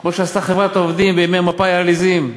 כמו שעשתה חברת העובדים בימי מפא"י העליזים.